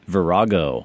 Virago